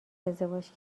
ازدواج